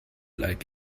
like